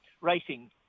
racing